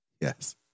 Yes